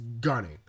gunning